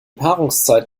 paarungszeit